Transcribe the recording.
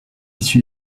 issue